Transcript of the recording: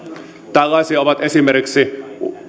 tällaisia ovat esimerkiksi